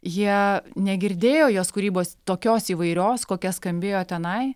jie negirdėjo jos kūrybos tokios įvairios kokia skambėjo tenai